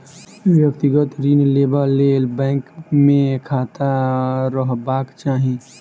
व्यक्तिगत ऋण लेबा लेल बैंक मे खाता रहबाक चाही